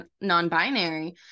non-binary